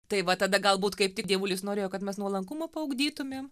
tai va tada galbūt kaip tik dievulis norėjo kad mes nuolankumą paugdytumėm